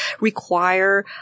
require